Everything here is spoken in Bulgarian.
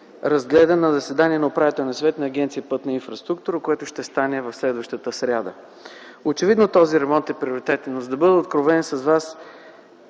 разгледан на заседание на Управителния съвет на Агенция „Пътна инфраструктура”, което ще стане следващата сряда. Очевидно този ремонт е приоритет, но за да бъда откровен с вас